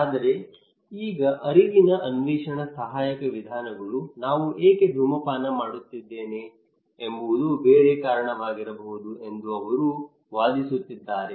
ಆದರೆ ಈಗ ಅರಿವಿನ ಅನ್ವೇಷಣ ಸಹಾಯಕ ವಿಧಾನಗಳು ನಾನು ಏಕೆ ಧೂಮಪಾನ ಮಾಡುತ್ತಿದ್ದೇನೆ ಎಂಬುದು ಬೇರೆ ಕಾರಣವಾಗಿರಬಹುದು ಎಂದು ಅವರು ವಾದಿಸುತ್ತಿದ್ದಾರೆ